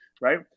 right